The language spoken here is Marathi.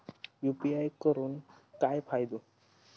यू.पी.आय करून काय फायदो?